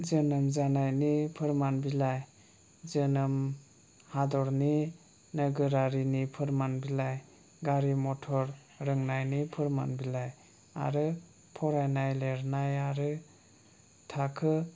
जोनोम जानायनि फोरमान बिलाइ जोनोम हादोरनि नोगोरारिनि फोरमान बिलाइ गारि मथर रोंनायनि फोरमान बिलाइ आरो फरायनाय लिरनाय आरो थाखो